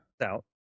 out